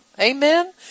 amen